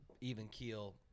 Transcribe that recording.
even-keel